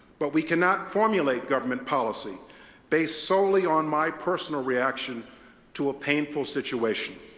but we cannot formulate government policy based solely on my personal reaction to a painful situation.